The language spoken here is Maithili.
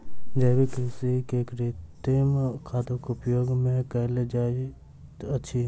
जैविक कृषि में कृत्रिम खादक उपयोग नै कयल जाइत अछि